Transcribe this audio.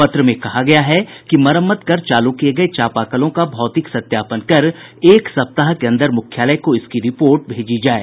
पत्र में कहा गया है कि मरम्मत कर चालू किये गये चापाकलों का भौतिक सत्यापन कर एक सप्ताह के अंदर मुख्यालय को इसकी रिपोर्ट भेजी जाये